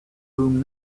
room